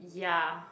ya